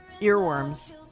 Earworms